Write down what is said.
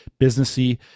businessy